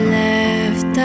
left